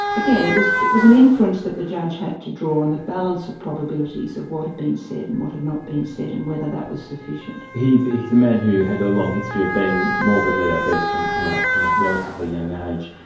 again, it was it was an inference that the judge had to draw on the balance of probabilities of what had been said and what had not been said and whether that was sufficient. he's he's a man who had a long history of being morbidly obese from from ah a relatively young age.